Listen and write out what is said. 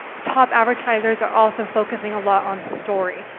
the top advertisers are also focusing a lot on story.